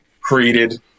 created